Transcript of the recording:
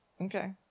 Okay